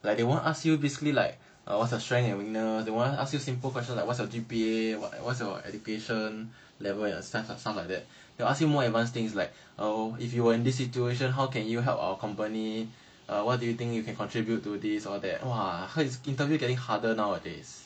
like they won't ask you basically like uh what's your strength and weakness they won't ask you simple question like what's your G_P_A what what's your education level and stuff like that they will ask you more advance stuff like oh if you were in this situation how can you help our company err what do you think you can contribute to this or that !wah! heard the interview getting harder nowadays